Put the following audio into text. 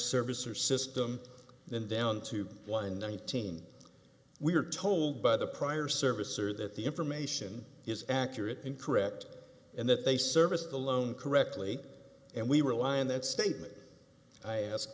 service or system then down to one nineteen we are told by the prior service or that the information is accurate and correct and that they service the loan correctly and we rely on that statement i ask